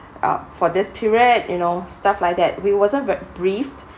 uh for this period you know stuff like that we wasn't ve~ briefed